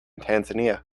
tanzania